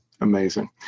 Amazing